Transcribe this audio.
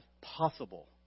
possible